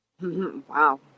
Wow